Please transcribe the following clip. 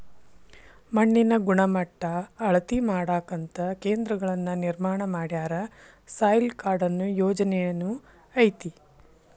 ಮಣ್ಣಿನ ಗಣಮಟ್ಟಾ ಅಳತಿ ಮಾಡಾಕಂತ ಕೇಂದ್ರಗಳನ್ನ ನಿರ್ಮಾಣ ಮಾಡ್ಯಾರ, ಸಾಯಿಲ್ ಕಾರ್ಡ ಅನ್ನು ಯೊಜನೆನು ಐತಿ